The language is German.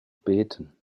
beten